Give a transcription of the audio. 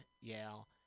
Yale